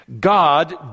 God